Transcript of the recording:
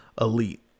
elite